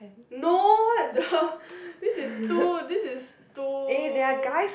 no what the this is too this is too